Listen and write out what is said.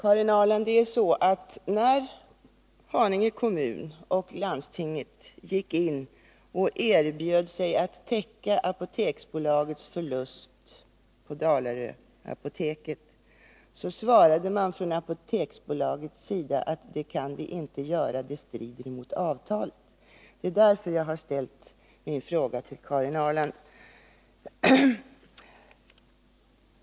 Herr talman! Det är ju så, Karin Ahrland, att när Haninge kommun och landstinget gick in och erbjöd sig att täcka Apoteksbolagets förlust på Dalaröapoteket, så svarade Apoteksbolaget att detta skulle strida mot avtalet. Det är därför jag har ställt min fråga till Karin Ahrland.